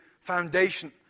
foundation